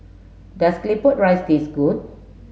does claypot rice taste good